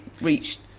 reached